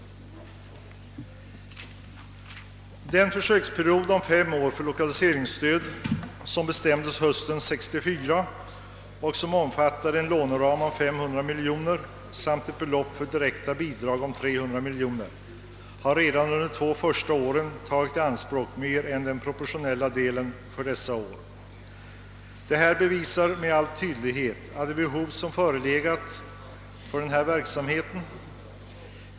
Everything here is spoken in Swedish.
Under den försöksperiod om fem år för lokaliseringsstödet som bestämdes hösten 1964 och som omfattade en låneram av 500 miljoner kronor samt ett belopp för direkta bidrag av 300 miljoner kronor har redan under de två första åren tagits i anspråk mer än den proportionella delen för dessa år. Detta bevisar med all tydlighet de behov som förelegat av denna verksamhet.